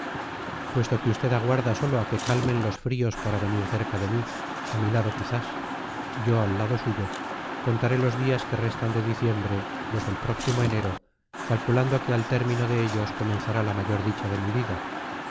conocerlo puesto que usted aguarda sólo a que calmen los fríos para venir cerca de mí a mi lado quizás yo al lado suyo contaré los días que restan de diciembre los del próximo enero calculando que al término de ellos comenzará la mayor dicha de mi vida